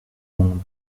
monde